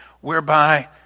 whereby